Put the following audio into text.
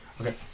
Okay